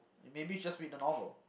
maybe just read the novel